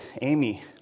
Amy